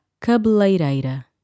cabeleireira